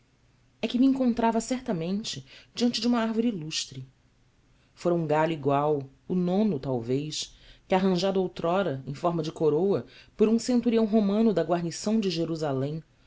viva e que me encontrava certamente diante de uma árvore ilustre fora um galho igual o nono talvez que arranjado outrora em forma de coroa por um centurião romano da guarnição de jerusalém